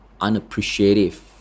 unappreciative